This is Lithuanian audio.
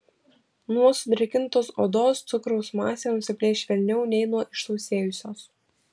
nuo sudrėkintos odos cukraus masė nusiplėš švelniau nei nuo išsausėjusios